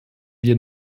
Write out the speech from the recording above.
wir